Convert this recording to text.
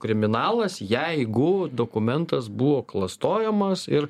kriminalas jeigu dokumentas buvo klastojamas ir